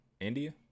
India